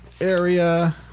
area